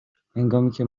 هنگامیکه